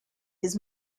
his